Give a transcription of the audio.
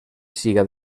siga